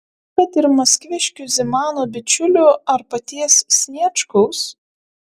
kad ir maskviškių zimano bičiulių ar paties sniečkaus